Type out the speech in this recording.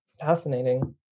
Fascinating